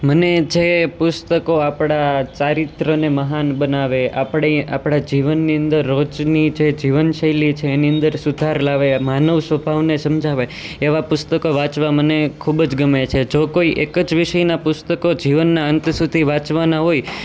મને જે પુસ્તકો આપણા ચારિત્રને મહાન બનાવે આપણે આપણા જીવનની અંદર રોજની જે જીવનશૈલી છે એની અંદર સુધાર લાવે માનવ સ્વભાવને સમજાવે એવા પુસ્તકો વાંચવા મને ખૂબ જ ગમે છે જો કોઈ એક જ વિષયના પુસ્તકો જીવનના અંત સુધી વાંચવાના હોય